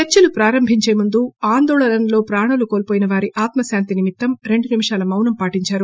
చర్చలు ప్రారంభించే ముందు ఆందోళనల్లో ప్రాణాలు కోల్పోయిన వారి ఆత్మశాంతి నిమిత్తం రెండు నిమిషాలు మౌనం పాటిందారు